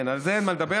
כן, על זה אין מה לדבר.